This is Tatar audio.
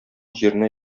җиренә